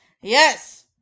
Yes